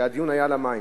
הדיון היה על המים.